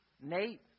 nate